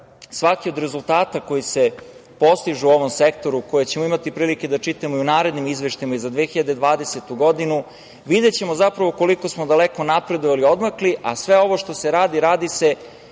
da, svaki od rezultata koji se postižu u ovom sektoru, koje ćemo imati prilike da čitamo i u narednim izveštajima i za 2020. godinu, videćemo zapravo koliko smo daleko napredovali i odmakli, a sve ovo što se radi, radi se